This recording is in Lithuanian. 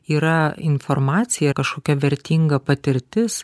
yra informacija kažkokia vertinga patirtis